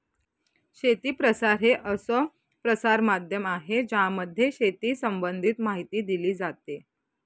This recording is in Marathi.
शेती प्रसार हे असं प्रसार माध्यम आहे ज्यामध्ये शेती संबंधित माहिती दिली जाते